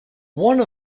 one